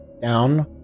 down